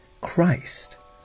Christ